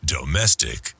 Domestic